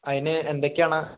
അതിന് എന്തൊക്കെയാണ്